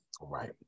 Right